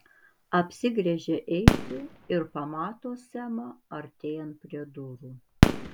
apsigręžia eiti ir pamato semą artėjant prie durų